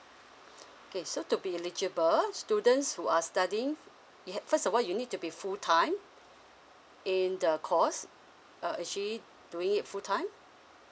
okay so to be eligible students who are studying first of all you need to be full time in the course uh actually doing it full time